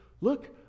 look